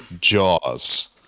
Jaws